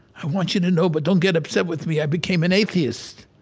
i want you to know, but don't get upset with me. i became an atheist.